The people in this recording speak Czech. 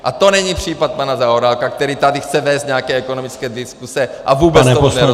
A to není případ pana Zaorálka, který tady chce vést nějaké ekonomické diskuse a vůbec tomu nerozumí!